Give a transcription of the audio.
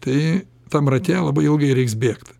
tai tam rate labai ilgai reiks bėgt